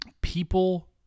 People